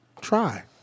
try